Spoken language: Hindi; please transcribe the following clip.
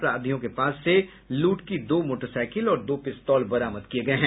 आरोपियों के पास से लूट की दो मोटरसाईकिल और दो पिस्तौल बरामद किये गये हैं